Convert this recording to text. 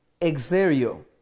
exerio